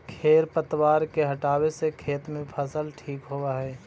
खेर पतवार के हटावे से खेत में फसल ठीक होबऽ हई